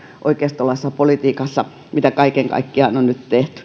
oikeistolaisesta politiikasta mitä kaiken kaikkiaan on nyt tehty